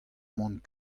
mont